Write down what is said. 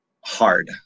hard